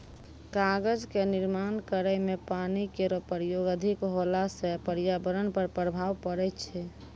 कागज क निर्माण करै म पानी केरो प्रयोग अधिक होला सँ पर्यावरण पर प्रभाव पड़ै छै